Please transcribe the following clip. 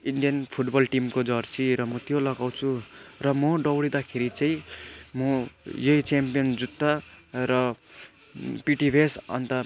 Indian football टिमको jersey र म त्यो लगाउँछु र म दौडिँदाखेरि चाहिँ म यही च्याम्पियन जुत्ता र पिटी भेस्ट अन्त